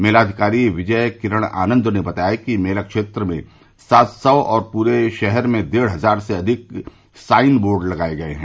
मेला अधिकारी विजय किरण आनंद ने बताया कि मेला क्षेत्र में सात सौ और पूरे शहर में डेढ़ हजार से अधिक साइन बोर्ड लगाए गए हैं